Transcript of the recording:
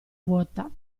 vuota